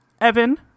Evan